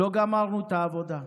לא גמרנו את העבודה.